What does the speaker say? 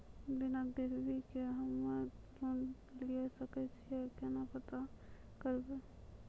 बिना गिरवी के हम्मय लोन लिये सके छियै केना पता करबै?